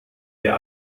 der